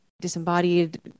disembodied